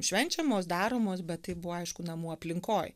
švenčiamos daromos bet tai buvo aišku namų aplinkoj